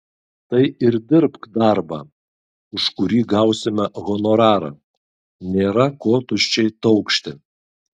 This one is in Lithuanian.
tai ir dirbk darbą už kurį gausime honorarą nėra ko tuščiai taukšti